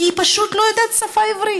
כי היא פשוט לא יודעת עברית.